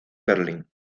berlín